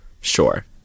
Sure